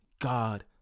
God